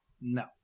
No